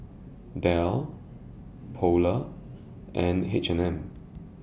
Dell Polar and H and M